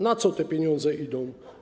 Na co te pieniądze idą?